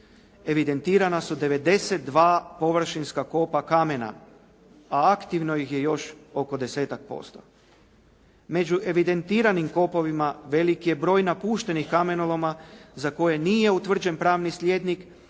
evidentirana su 92 površinska kopa kamena a aktivno ih je još oko desetak posto. Među evidentiranim kopovima veliki je broj napuštenih kamenoloma za koje nije utvrđen pravni slijednik